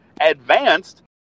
advanced